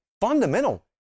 fundamental